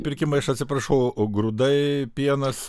pirkimai aš atsiprašau o grūdai pienas